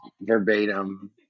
verbatim